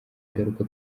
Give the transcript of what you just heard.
ingaruka